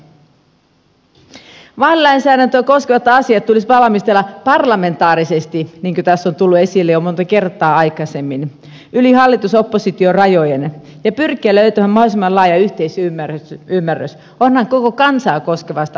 vaalilainsäädäntöä koskevat asiat tulisi valmistella parlamentaarisesti niin kuin tässä on tullut esille jo monta kertaa aikaisemmin yli hallitusoppositiorajojen ja pyrkiä löytämään mahdollisimman laaja yhteisymmärrys onhan koko kansaa koskevasta asiasta kysymys